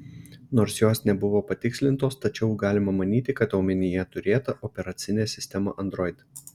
nors jos nebuvo patikslintos tačiau galima manyti kad omenyje turėta operacinė sistema android